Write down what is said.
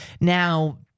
Now